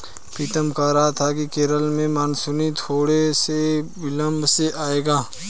पीतम कह रहा था कि केरल में मॉनसून थोड़े से विलंब से आएगा